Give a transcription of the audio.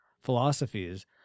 Philosophies